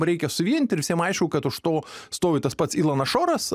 reikia susivienyt ir visiem aišku kad už to stovi tas pats ilonas šoras